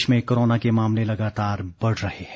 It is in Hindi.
प्रदेश में कोरोना के मामले लगातार बढ़ रहे हैं